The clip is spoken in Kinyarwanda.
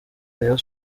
rayon